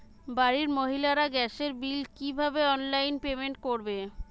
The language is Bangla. বাড়ির মহিলারা গ্যাসের বিল কি ভাবে অনলাইন পেমেন্ট করবে?